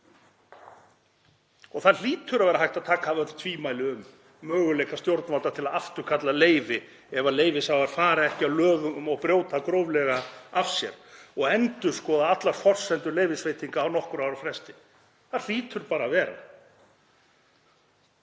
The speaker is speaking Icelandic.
Það hlýtur að vera hægt að taka af öll tvímæli um möguleika stjórnvalda til að afturkalla leyfi, ef leyfishafar fara ekki að lögum og brjóta gróflega af sér, og endurskoða allar forsendur leyfisveitinga á nokkurra ára fresti. Það hlýtur bara að vera.